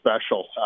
special